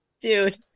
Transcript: Dude